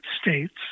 States